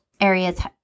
areas